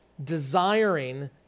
desiring